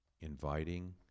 inviting